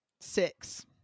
six